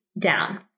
down